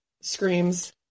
screams